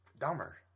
dumber